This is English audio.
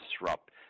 disrupt